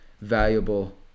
valuable